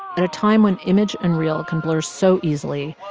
at a time when image and real can blur so easily,